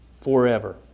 forever